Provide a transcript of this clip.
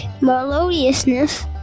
melodiousness